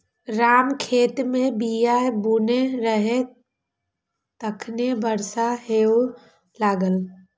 राम खेत मे बीया बुनै रहै, तखने बरसा हुअय लागलै